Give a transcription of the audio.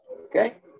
Okay